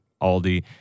Aldi